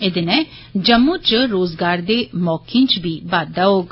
एहदे नै जम्मू च रोजगार दे मौके च बी बाद्वा होग